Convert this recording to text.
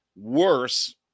worse